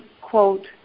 quote